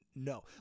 No